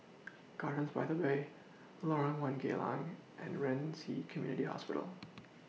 Gardens By The Bay Lorong one Geylang and Ren Ci Community Hospital